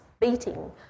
beating